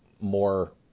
more